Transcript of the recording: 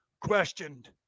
questioned